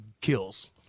kills